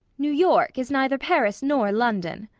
new york is neither paris nor london.